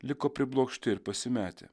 liko priblokšti ir pasimetę